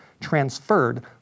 transferred